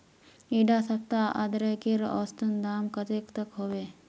इडा सप्ताह अदरकेर औसतन दाम कतेक तक होबे?